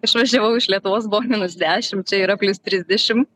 išvažiavau iš lietuvos buvo minus dešim čia yra plius trisdešim